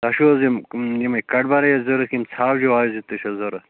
تۄہہِ چھُو حظ یِم یِمَے کَٹہٕ برٲے ضروٗرت کِنہٕ ژھاوجہٕ واوجہٕ تہِ چھَو ضروٗرت